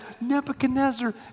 Nebuchadnezzar